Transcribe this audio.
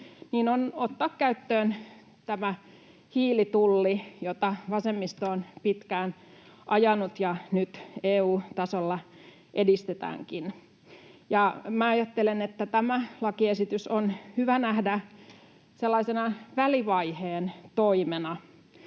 on ottaa käyttöön tämä hiilitulli, jota vasemmisto on pitkään ajanut ja jota nyt EU-tasolla edistetäänkin. Minä ajattelen, että tämä lakiesitys on hyvä nähdä sellaisena välivaiheen toimena.